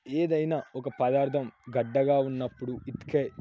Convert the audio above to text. ఏదైనా ఒక పదార్ధం గడ్డగా ఉన్నప్పుడు ఇటుక